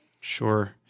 Sure